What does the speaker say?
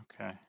Okay